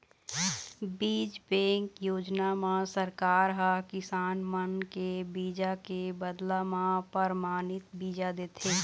बीज बेंक योजना म सरकार ह किसान मन के बीजा के बदला म परमानित बीजा देथे